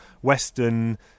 western